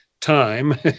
time